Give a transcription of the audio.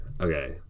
Okay